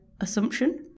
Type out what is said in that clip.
assumption